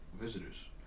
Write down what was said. visitors